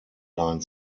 line